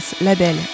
label